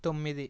తొమ్మిది